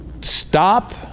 stop